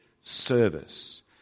service